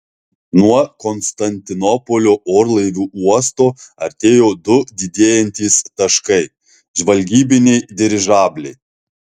nuo konstantinopolio orlaivių uosto artėjo du didėjantys taškai žvalgybiniai dirižabliai